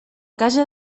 casa